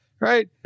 right